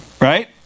right